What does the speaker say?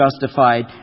justified